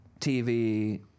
TV